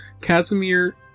Casimir